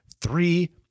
three